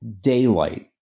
daylight